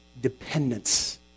dependence